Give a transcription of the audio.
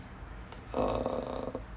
uh